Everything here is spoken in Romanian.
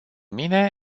mine